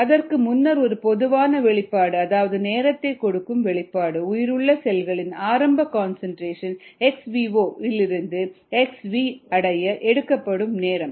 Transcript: அதற்கு முன்னர் ஒரு பொதுவான வெளிப்பாடு அதாவது நேரத்தை கொடுக்கும் வெளிப்பாடு உயிருள்ள செல்களின் ஆரம்ப கன்சன்ட்ரேஷன் xvo இலிருந்து xv அடைய எடுக்கப்படும் நேரம்